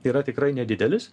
yra tikrai nedidelis